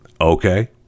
Okay